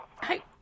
Hi